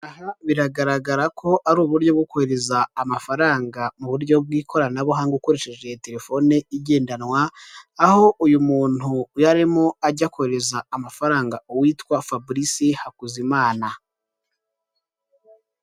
Abantu benshi bari mu nyubako harimo abakozi bacuruza amafunguro ndetse n'ibyo kunywa hakaba hari n'umuntu uhagarariye emutiyene ari kumwe n'umukiriya ari ku mubwira serivisi zigiye zitandukanye za emutiyene n'akamaro zigufitiye .